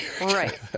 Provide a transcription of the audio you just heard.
Right